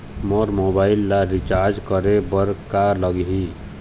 मोर mobile ला recharge करे बर का लगही?